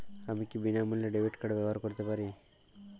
আমি কি বিনামূল্যে ডেবিট কার্ড ব্যাবহার করতে পারি?